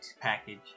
package